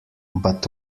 but